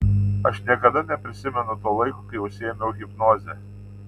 aš niekada neprisimenu to laiko kai užsiėmiau hipnoze